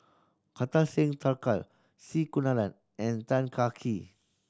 Kartar Singh Thakral C Kunalan and Tan Kah Kee